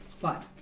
Five